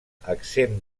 exempt